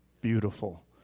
beautiful